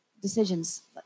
Decisions